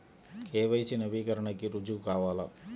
KYC నవీకరణకి రుజువు కావాలా?